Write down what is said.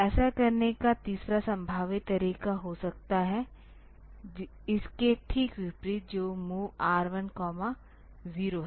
ऐसा करने का तीसरा संभावित तरीका हो सकता है इसके ठीक विपरीत जो MOV R10 है